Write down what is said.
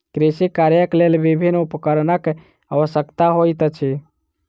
कृषि कार्यक लेल विभिन्न उपकरणक आवश्यकता होइत अछि